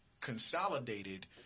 consolidated